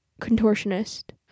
contortionist